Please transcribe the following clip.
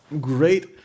great